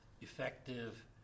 effective